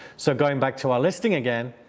so going back to our listing again,